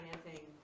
financing